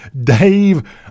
Dave